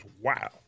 Wow